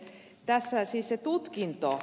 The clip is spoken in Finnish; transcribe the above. tässä siis se ed